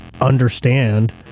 understand